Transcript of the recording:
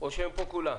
או שהם פה כולם?